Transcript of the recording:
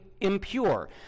impure